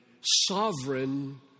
sovereign